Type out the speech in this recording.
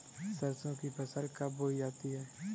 सरसों की फसल कब बोई जाती है?